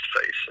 face